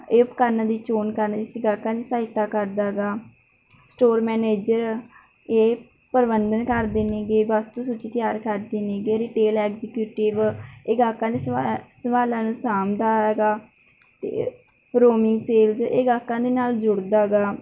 ਇਹ ਉਪਕਰਨ ਦੀ ਚੋਣ ਕਰਨ ਵਿੱਚ ਗਾਹਕਾਂ ਦੀ ਸਹਾਇਤਾ ਕਰਦਾ ਗਾ ਸਟੋਰ ਮੈਨੇਜਰ ਇਹ ਪ੍ਰਬੰਧਨ ਕਰਦੇ ਨੇਗੇ ਵਸਤੂ ਸੁੱਚੀ ਤਿਆਰ ਕਰਦੇ ਨੇਗੇ ਰਿਟੇਲ ਐਗਜੀਕਿਊਟਿਵ ਇਹ ਗਾਹਕਾਂ ਦੇ ਸਵ ਸਵਾਲਾਂ ਨੂੰ ਸਾਂਭਦਾ ਐਗਾ ਅਤੇ ਰੋਮਿੰਗ ਸੇਲਜ ਇਹ ਗਾਹਕਾਂ ਦੇ ਨਾਲ ਜੁੜਦਾ ਗਾ